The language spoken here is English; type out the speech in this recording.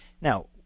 Now